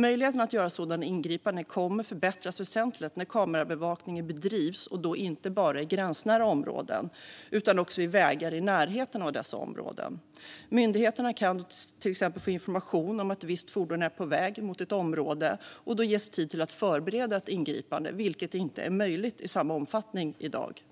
Möjligheterna att göra sådana ingripanden kommer att förbättras väsentligt när kamerabevakningen bedrivs inte bara i gränsnära områden utan också vid vägar i närheten av dessa områden. Myndigheterna kan till exempel få information om att ett visst fordon är på väg mot ett område, och då ges tid att förbereda ett ingripande, vilket inte är möjligt i samma omfattning i dag.